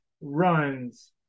runs